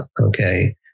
Okay